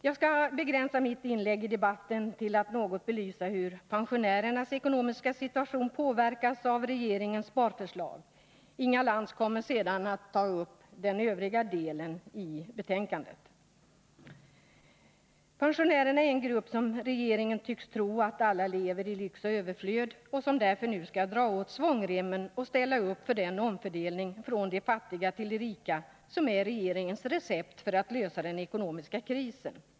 Jag skall begränsa mitt inlägg i debatten till att något belysa hur pensionärernas ekonomiska situation påverkas av regeringens sparförslag. Inga Lantz kommer sedan att ta upp den övriga delen av betänkandet. Pensionärerna är en grupp som regeringen tycks tro lever i lyx och överflöd. Därför skall man nu dra åt svångremmen och ställa upp för den omfördelning från de fattiga till de rika som är regeringens recept för att lösa den ekonomiska krisen.